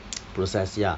process ya